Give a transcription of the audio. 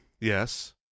Yes